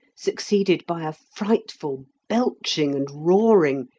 succeeded by a frightful belching and roaring,